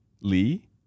Lee